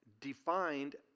defined